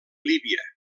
líbia